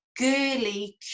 girly